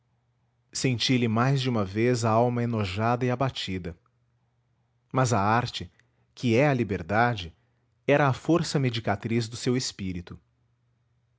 senti lhe mais de uma vez a alma enojada e abatida mas a arte que é a liberdade era a força medicatriz do seu espírito